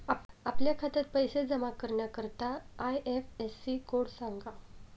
आपल्या खात्यात पैसे जमा करण्याकरता आय.एफ.एस.सी कोड सांगा